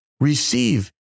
receive